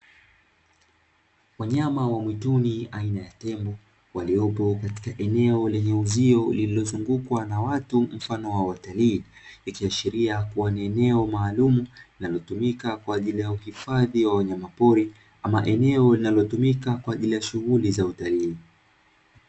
Wanyama wa mwituni aina ya tembo waliopo katika eneo lenye uzio lililozungukwa na watu mfano wa watalii, ikiashiria kuwa ni eneo maalumu linalotumika kwa ajili ya uhifadhi wa wanyamapori ama eneo linalotumika kwa ajili ya shughuli za utalii.